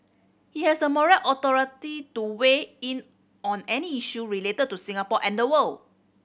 he has the moral authority to weigh in on any issue related to Singapore and the world